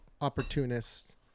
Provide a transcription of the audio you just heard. opportunists